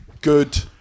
good